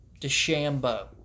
DeChambeau